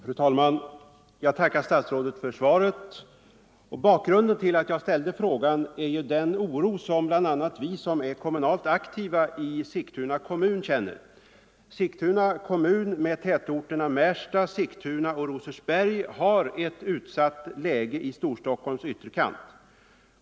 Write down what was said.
Fru talman! Jag tackar statsrådet för svaret. Bakgrunden till att jag ställde frågan är den oro som bl.a. vi som är kommunalt aktiva i Sigtuna kommun känner. Sigtuna kommun med tätorterna Märsta, Sigtuna och Rosersberg har ett utsatt läge i Storstockholms ytterkant.